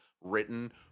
written